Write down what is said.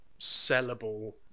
sellable